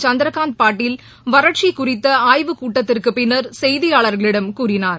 சந்திரகாந்த் பாட்டீல் வறட்சி குறித்த ஆய்வுக் கூட்டத்திற்கு பின்னர் செய்தியாளர்களிடம் கூறினார்